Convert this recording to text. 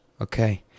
okay